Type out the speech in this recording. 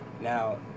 Now